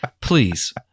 please